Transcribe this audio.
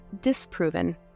disproven